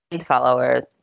followers